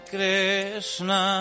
Krishna